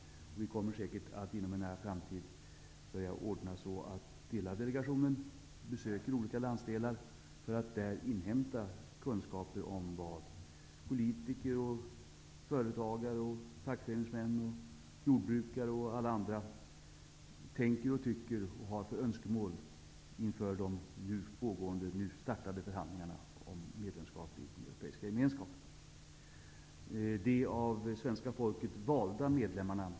Vi kommer säkert att inom en nära framtid ordna så att delar av delegationen besöker olika landsdelar för att inhämta kunskaper om vad politiker, företagare, fackföreningsmän, jordbrukare och alla andra tänker och tycker och vilka önskemål de har inför de nu startade förhandlingarna om medlemskap i den europeiska gemenskapen.